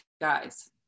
guys